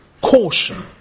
caution